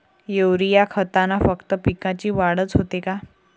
Urea खतानं फक्त पिकाची वाढच होते का?